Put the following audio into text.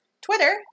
Twitter